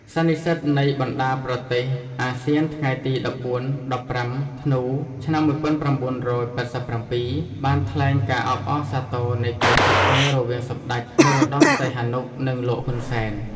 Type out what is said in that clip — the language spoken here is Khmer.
សន្និសីទនៃបណ្ដាប្រទេសអាស៊ានថ្ងៃទី១៤-១៥ ធ្នូ ឆ្នាំ១៩៨៧ បានថ្លែងការអបអរសាទរនៃការជួបគ្នារវាងសម្ដេច នរោត្តមសីហនុ និងលោក ហ៊ុនសែន។